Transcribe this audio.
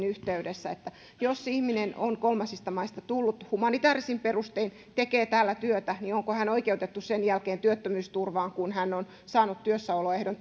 yhteydessä jos ihminen on kolmansista maista tullut humanitäärisin perustein tekee täällä työtä niin onko hän oikeutettu sen jälkeen työttömyysturvaan kun hän on saanut työssäoloehdon